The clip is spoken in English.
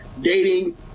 dating